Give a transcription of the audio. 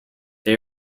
they